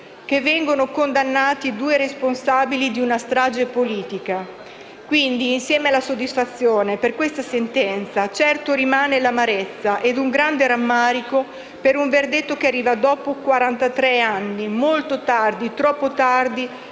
che vengono condannati due responsabili di una strage politica. Insieme alla soddisfazione per questa sentenza, certamente, rimane l'amarezza e un grande rammarico per un verdetto che arriva dopo quarantatre anni, molto tardi, troppo tardi